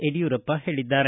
ಯಡಿಯೂರಪ್ಪ ಹೇಳಿದ್ದಾರೆ